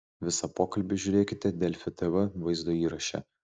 visą pokalbį žiūrėkite delfi tv vaizdo įraše